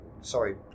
sorry